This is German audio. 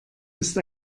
ist